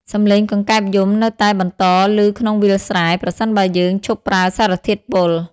សម្លេងកង្កែបយំនឹងនៅតែបន្តឮក្នុងវាលស្រែ ប្រសិនបើយើងឈប់ប្រើសារធាតុពុល។